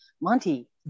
Monty